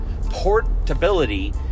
Portability